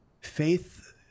faith